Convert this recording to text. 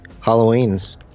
halloweens